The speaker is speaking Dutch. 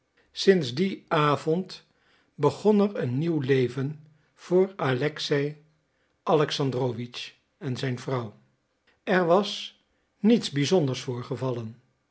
sinds dien avond begon er een nieuw leven voor alexei alexandrowitsch en zijn vrouw er was niets bizonders voorgevallen